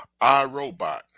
iRobot